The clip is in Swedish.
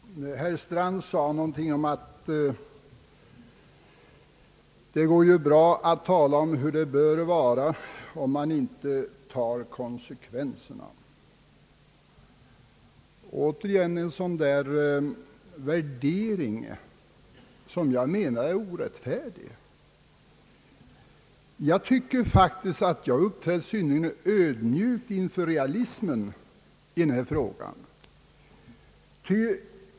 Herr talman! Herr Strand sade någonting om att det går bra att tala om hur det bör vara om man inte tar konsekvenserna — återigen en värdering som jag anser orättfärdig. Jag tycker faktiskt att jag har uppträtt synnerligen ödmjukt inför realismen i denna fråga.